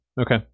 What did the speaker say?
Okay